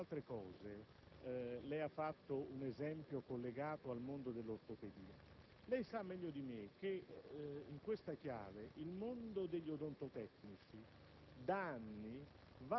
Su questo piano, tra le altre cose, lei ha fatto un esempio collegato al mondo dell'ortopedia; lei sa meglio di me che in questa chiave il mondo degli odontotecnici